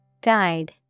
Guide